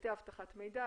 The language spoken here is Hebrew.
היבטי אבטחת מידע,